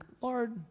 Lord